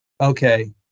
okay